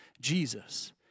Jesus